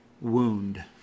wound